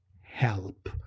help